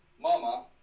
Mama